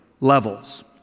levels